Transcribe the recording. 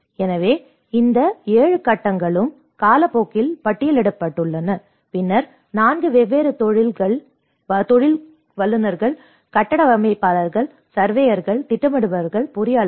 எனவே இந்த 7 கட்டங்களும் காலப்போக்கில் பட்டியலிடப்பட்டுள்ளன பின்னர் 4 வெவ்வேறு தொழில் வல்லுநர்கள் கட்டட வடிவமைப்பாளர்கள் சர்வேயர்கள் திட்டமிடுபவர்கள் பொறியாளர்கள்